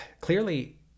clearly